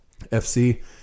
FC